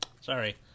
Sorry